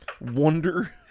wonder